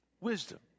wisdom